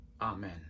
amen